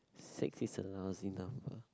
six is a lousy number